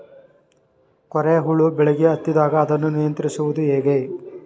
ಕೋರೆ ಹುಳು ಬೆಳೆಗೆ ಹತ್ತಿದಾಗ ಅದನ್ನು ನಿಯಂತ್ರಿಸುವುದು ಹೇಗೆ?